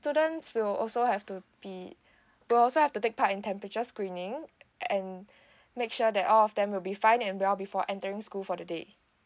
students will also have to be they'll also have to take part in temperature screening and make sure that all of them will be fine and well before entering school for the day